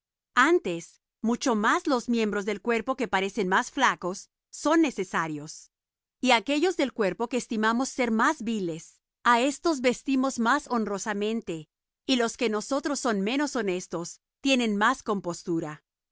antes mucho más los miembros del cuerpo que parecen más flacos son necesarios y á aquellos del cuerpo que estimamos ser más viles á éstos vestimos más honrosamente y los que en nosotros son menos honestos tienen más compostura